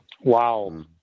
Wow